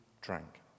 drank